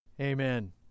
Amen